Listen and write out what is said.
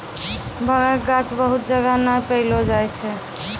भांगक गाछ बहुत जगह नै पैलो जाय छै